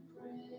pray